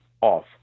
off